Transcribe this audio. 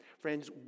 Friends